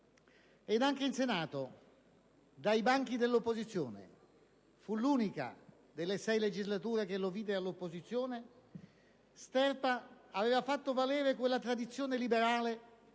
ed anche in Senato, dai banchi dell'opposizione (fu l'unica delle sei legislature che lo vide all'opposizione), Sterpa fece valere quella tradizione liberale